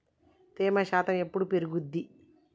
తేమ శాతం ఎప్పుడు పెరుగుద్ది?